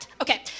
Okay